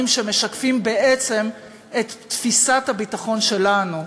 שמשקפים בעצם את תפיסת הביטחון שלנו,